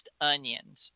onions